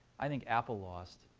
i think apple lost.